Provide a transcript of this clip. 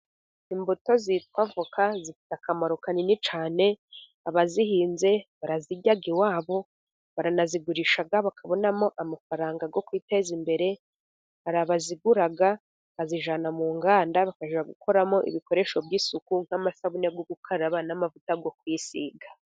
Imbuto zitwa avoka zifite akamaro kanini cyane. Abazihinze barazirya iwabo, baranazigurisha bakabonamo amafaranga yo kuteza imbere. Hari abazigura bakazijyana mu nganda, bakajya gukoramo ibikoresho by'isuku, nk'amasabune yo gukaraba n'amavuta yo kuyisiga.